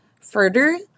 further